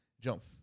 Jump